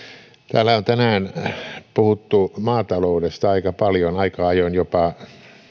täällä on tänään puhuttu maataloudesta aika paljon aika ajoin jopa